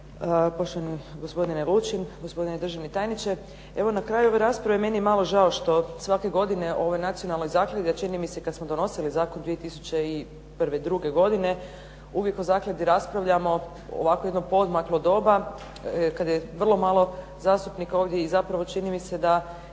poštovani gospodine Lučin, gospodine državni tajniče. Evo, na kraju ove rasprave meni je malo žao što svake godine o ovoj nacionalnoj zakladi a čini mi se i kad smo donosili zakon 2001., 2002. godine uvijek o zakladi raspravljamo ovako u jedno poodmaklo doba kada je vrlo malo zastupnika ovdje i zapravo čini mi se da